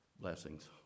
Blessings